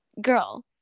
Girl